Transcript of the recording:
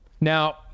Now